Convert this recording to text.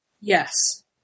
Yes